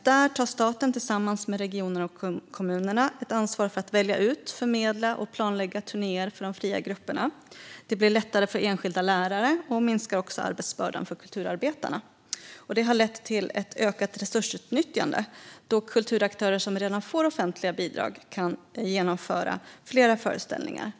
Där tar staten tillsammans med regionerna och kommunerna ett ansvar för att välja ut, förmedla och planlägga turnéer för de fria grupperna. Det gör det lättare för de enskilda lärarna och minskar också arbetsbördan för kulturarbetarna. Det har lett till ett ökat resursutnyttjande då kulturaktörer som redan får offentliga bidrag kan genomföra flera föreställningar.